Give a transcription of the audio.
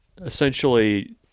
essentially